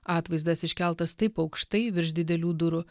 atvaizdas iškeltas taip aukštai virš didelių durų